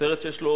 סרט שיש לו